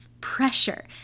pressure